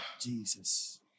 Jesus